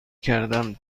کردم